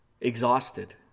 Exhausted